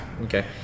okay